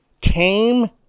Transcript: came